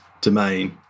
domain